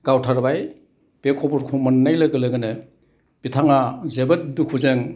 गावथारबाय बे खबरखौ मोननाय लोगो लोगोनो बिथाङा जोबोद दुखुजों